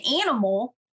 animal